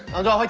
and like